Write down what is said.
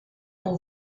pour